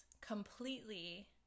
completely